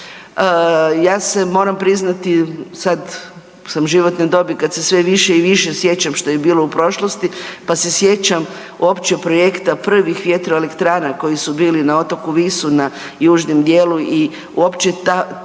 Ja se moram priznati sad sam u životnoj dobi kad se sve više i više sjećam što je bilo u prošlosti pa se sjećam uopće projekta prvih vjetroelektrana koji su bili na otoku Visu, na južnom dijelu i uopće taj